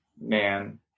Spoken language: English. man